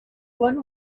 one